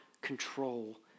control